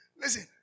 Listen